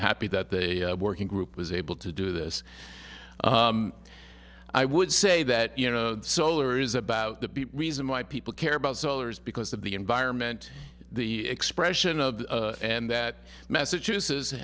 happy that they working group was able to do this i would say that you know solar is about the reason why people care about solar is because of the environment the expression of and that message uses and